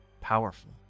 powerful